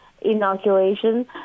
inoculation